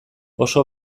oso